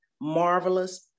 marvelous